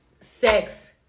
sex